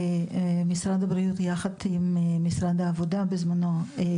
משרד הבריאות יחד עם משרד העבודה הקים